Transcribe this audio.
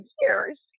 years